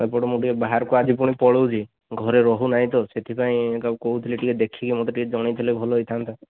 ଏପଟେ ମୁଁ ଟିକିଏ ବାହାରକୁ ଆଜି ପୁଣି ପଳଉଛି ଘରେ ରହୁନାହିଁ ତ ସେଥିପାଇଁ କାହାକୁ କହୁଥିଲି ଦେଖିକି ମୋତେ ଟିକିଏ ଜଣେଇଥିଲେ ଭଲ ହେଇଥାନ୍ତା